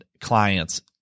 client's